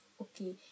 okay